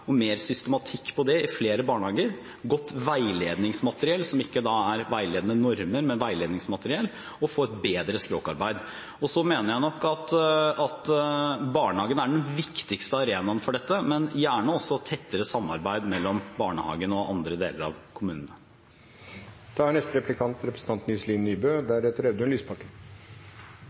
språkarbeid, mer systematikk på det i flere barnehager og godt veiledningsmateriell, som ikke er veiledende normer, men veiledningsmateriell. Så mener jeg nok at barnehagen er den viktigste arenaen for dette, men det må gjerne også være et tettere samarbeid mellom barnehagene og andre deler av